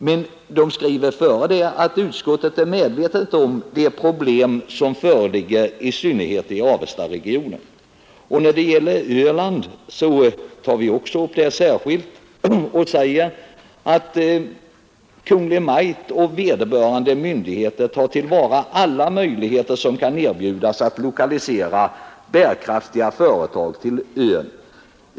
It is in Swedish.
Strax innan skriver man: ”Utskottet är medvetet om de problem som föreligger i synnerhet i Avestaregionen.” Beträffande Ölands problem tar vi också upp dem särskilt och säger: ”Utskottet utgår från att Kungl. Maj:t och vederbörande myndigheter tar till vara alla möjligheter som kan erbjudas att lokalisera bärkraftiga företag till ön.